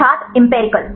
छात्र एम्पिरिकल